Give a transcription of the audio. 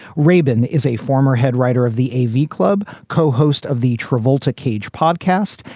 raybon is a former head writer of the a v. club, co-host of the travolta cage podcast,